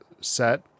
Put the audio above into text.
set